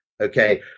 okay